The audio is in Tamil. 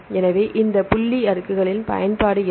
எனவே இந்த புள்ளி அடுக்குகளின் பயன்பாடு என்ன